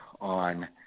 on